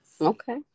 okay